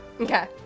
Okay